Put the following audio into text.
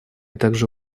также